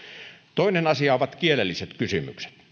toinen asia ovat kielelliset kysymykset